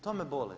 To me boli.